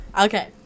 okay